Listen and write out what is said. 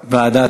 ועדה.